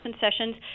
sessions